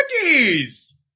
cookies